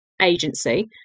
agency